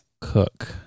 Cook